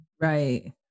Right